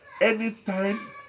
Anytime